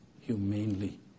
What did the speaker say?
humanely